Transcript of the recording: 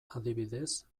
adibidez